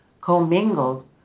Commingled